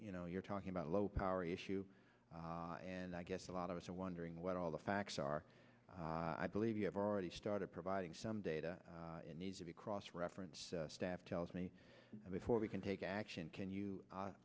you know you're talking about a low power issue and i guess a lot of us are wondering what all the facts are i believe you have already started providing some data needs to be cross reference staff tells me before we can take action can you